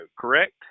correct